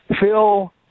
Phil